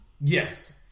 Yes